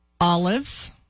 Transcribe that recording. olives